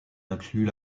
inclut